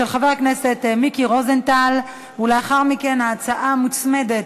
לדיון מוקדם בוועדת העבודה,